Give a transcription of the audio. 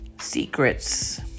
secrets